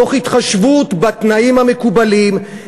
תוך התחשבות בתנאים המקובלים,